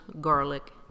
garlic